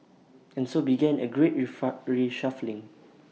and so began A great reshuffling